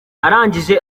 arangije